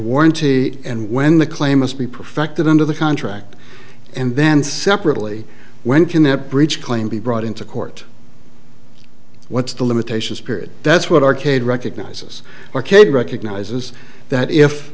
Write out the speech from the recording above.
warranty and when the claim must be perfected under the contract and then separately when can that breach claim be brought into court what's the limitations period that's what arcade recognizes arcade recognizes that if